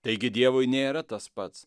taigi dievui nėra tas pats